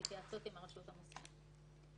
בחתימת מקור או באישור של עורך דין,